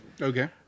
Okay